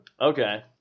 Okay